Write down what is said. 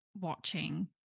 watching